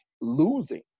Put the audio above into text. losing